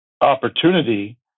opportunity